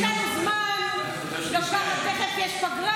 יש לנו זמן, גם ככה תכף יש פגרה,